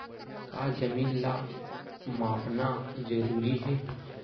का जमीन ला मापना जरूरी हे?